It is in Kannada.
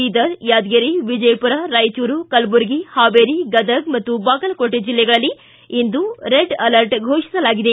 ಬೀದರ್ ಯಾದಗಿರಿ ವಿಜಯಪುರ ರಾಯಚೂರು ಕಲಬುರ್ಗಿ ಹಾವೇರಿ ಗದಗ್ ಮತ್ತು ಬಾಗಲಕೋಟೆ ಜಿಲ್ಲೆಗಳಲ್ಲಿ ಇಂದು ರೆಡ್ ಅಲರ್ಟ್ ಘೋಷಿಸಲಾಗಿದೆ